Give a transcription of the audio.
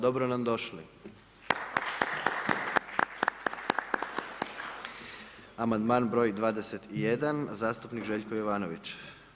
Dobro nam došli! Amandman br. 21. zastupnik Željko Jovanović.